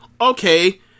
Okay